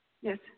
Yes